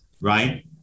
right